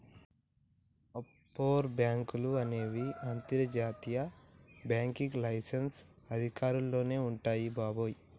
offshore బాంకులు అనేవి అంతర్జాతీయ బ్యాంకింగ్ లైసెన్స్ అధికారంలోనే వుంటాయి బాబాయ్